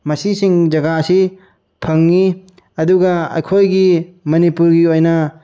ꯃꯁꯤꯁꯤꯡ ꯖꯥꯒꯁꯤ ꯐꯪꯏ ꯑꯗꯨꯒ ꯑꯩꯈꯣꯏꯒꯤ ꯃꯅꯤꯄꯨꯔꯒꯤ ꯑꯣꯏꯅ